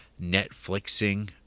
Netflixing